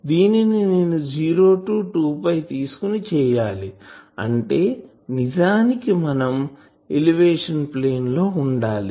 దీనిని నేను 0 టూ 2 తీసుకుని చేయాలి అంటే నిజానికి మనం ఎలేవేషన్ ప్లేన్ లో ఉండాలి